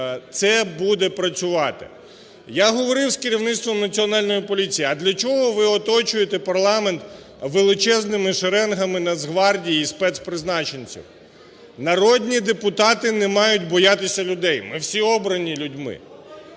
це буде працювати. Я говорив з керівництвом Національної поліції: "А для чого ви оточуєте парламент величезними шеренгами Нацгвардії і спецпризначенців?" Народні депутати не мають боятися людей, ми всі обрані людьми.